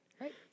right